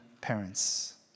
parents